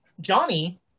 Johnny